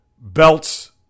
belts